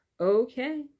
okay